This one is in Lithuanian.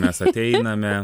mes ateiname